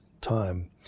time